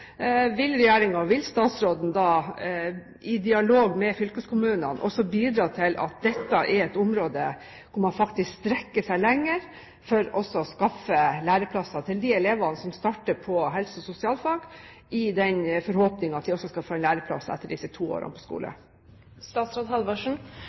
Vil regjeringen, vil statsråden, i dialog med fylkeskommunene også bidra til at dette blir et område hvor man faktisk strekker seg lenger for å skaffe læreplasser til de elevene som starter på helse- og sosialfag, i den forhåpning at de også skal få en læreplass etter disse to årene på